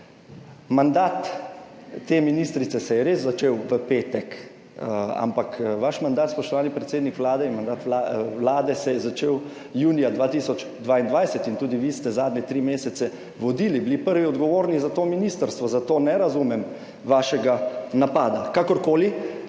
Mandat te ministrice se je res začel v petek, ampak vaš mandat, spoštovani predsednik Vlade, in mandat vlade se je začel junija 2022 in tudi vi ste zadnje tri mesece vodili, bili prvi odgovorni za to ministrstvo, zato ne razumem vašega napada. Kakorkoli,